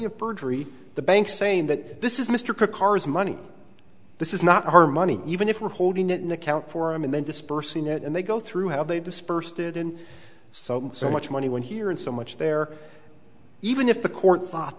of perjury the bank saying that this is mr karr's money this is not our money even if we're holding it in account for him and then dispersing it and they go through how they dispersed it in so so much money when here and so much there even if the court thought